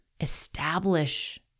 establish